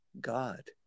God